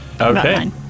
Okay